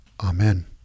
Amen